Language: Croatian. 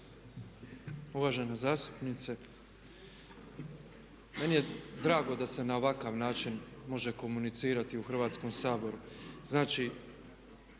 Uvažene zastupnice. Meni je drago da se na ovakav način može komunicirati u Hrvatskom saboru. Znači,